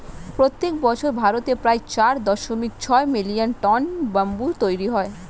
প্রত্যেক বছর ভারতে প্রায় চার দশমিক ছয় মিলিয়ন টন ব্যাম্বু তৈরী হয়